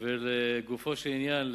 לגופו של עניין,